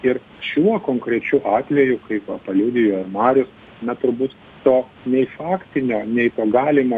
ir šiuo konkrečiu atveju kai paliudijo ir marius metodus to nei faktinio nei to galimo